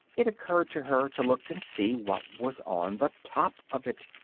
it occurred to her to look and see what was on the top of it.